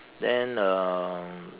then um